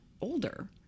older